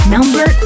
Number